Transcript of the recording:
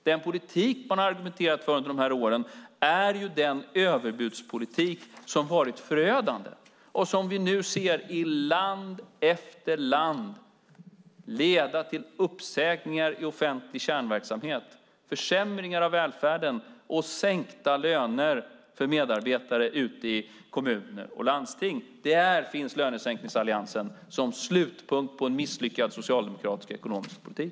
Den politik man har argumenterat för under de här åren är ju den överbudspolitik som har varit förödande och som vi nu ser i land efter land leda till uppsägningar i offentlig kärnverksamhet, försämringar av välfärden och sänkta löner för medarbetare ute i kommuner och landsting. Där finns lönesänkningsalliansen, som slutpunkt på en misslyckad socialdemokratisk ekonomisk politik.